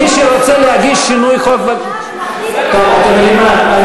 חברים, מי שרוצה להגיש שינוי חוק, אתם יודעים מה?